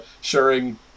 sharing